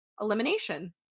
elimination